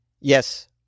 Yes